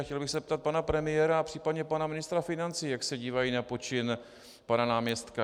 Chtěl bych se zeptat pana premiéra, případně pana ministra financí, jak se dívají na počin pana náměstka.